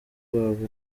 rugo